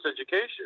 education